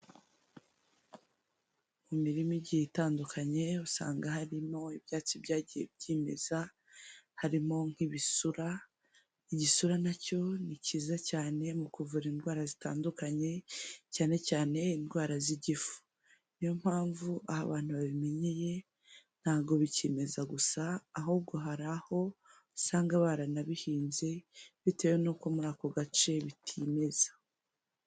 Mu mirima igiye itandukanye usanga harimo ibyatsi byagiye byimeza harimo nk'ibisura, igisura nacyo ni cyiza cyane mu kuvura indwara zitandukanye cyane cyane indwara z'igifu, niyo mpamvu aho abantu babimenyeye ntago bikimeza gusa ahubwo hari aho usanga baranabihinze bitewe n'uko muri ako gace bitimeza.